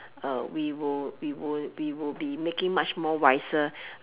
uh we will we will we will be making much more wiser